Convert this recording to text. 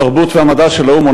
התרבות והמדע של האו"ם,